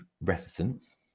reticence